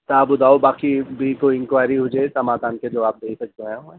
तव्हां ॿुधायो बाक़ी ॿी कोई इनक्वायरी हुजे त मां तव्हांखे जवाबु ॾेई सघंदो आहियां